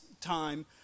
time